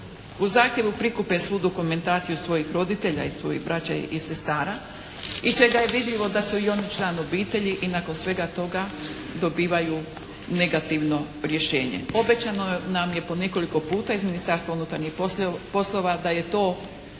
U zahtjevu prikupe svu dokumentaciju svojih roditelja i svojih braće i sestara iz čega je vidljivo da su i oni član obitelji. I nakon svega toga dobivaju negativno rješenje. Obećano nam je po nekoliko puta iz Ministarstva unutarnjih poslova da je to